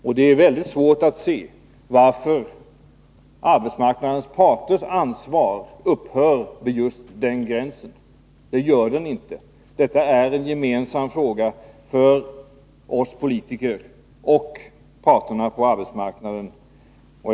Och det är mycket svårt att inse varför arbetsmarknadens parters ansvar upphör just vid den gränsen. Det gör det inte. Detta är en gemensam fråga för oss politiker och parterna på arbetsmarknaden.